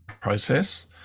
process